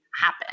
happen